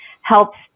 helps